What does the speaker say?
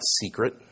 secret